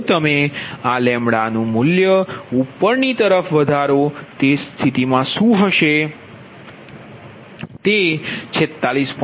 જો તમે નુ મૂલ્ય ઉપરની તરફ વધારો તે સ્થિતિમાં શું થશે ત્યાં તે 46